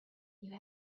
you